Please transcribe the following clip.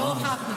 לא, לא הוכחנו.